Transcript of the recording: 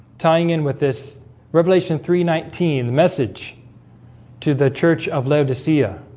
tying in with this revelation three nineteen the message to the church of laodicea